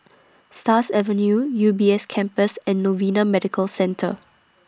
Stars Avenue U B S Campus and Novena Medical Centre